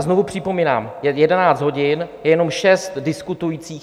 Znovu připomínám, je 11 hodin, je jenom šest diskutujících.